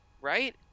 Right